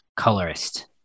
Colorist